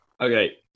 Okay